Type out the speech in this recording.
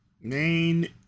main